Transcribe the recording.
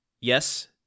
Yes